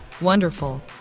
Wonderful